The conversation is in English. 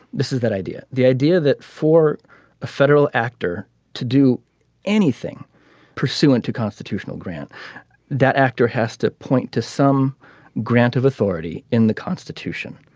this is that idea the idea that for a federal actor to do anything pursuant to constitutional grant that actor actor has to point to some grant of authority in the constitution